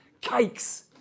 cakes